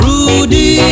Rudy